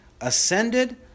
ascended